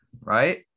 right